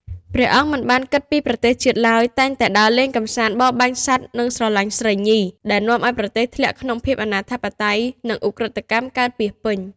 ព្រះអង្គមិនបានគិតពីប្រទេសជាតិឡើយ តែងតែដើរលេង កំសាន្ត បរបាញ់សត្វ និងស្រឡាញ់ស្រីញី ដែលនាំឱ្យប្រទេសធ្លាក់ក្នុងភាពអនាធិបតេយ្យ និងឧក្រិដ្ឋកម្មកើតពាសពេញ។